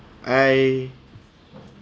I